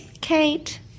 Kate